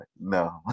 No